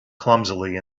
clumsily